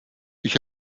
ich